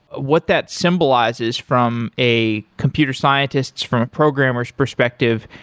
what that symbolizes from a computer scientists, from a programmer s perspective,